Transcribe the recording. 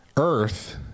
Earth